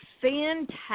fantastic